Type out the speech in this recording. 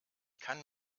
kann